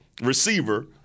receiver